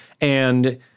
and-